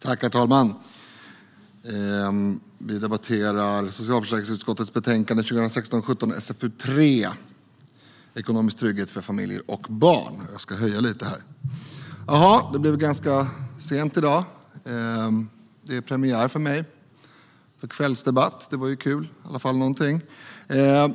Herr talman! Vi debatterar socialförsäkringsutskottets betänkande 2016/17:SfU3 Utgiftsområde 12 Ekonomisk trygghet för familjer och barn . Det blev ganska sent i dag. Det är premiär för mig med kvällsdebatt. Det var ju kul. Det är i varje fall någonting.